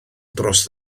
dros